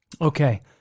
Okay